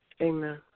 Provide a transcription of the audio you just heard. Amen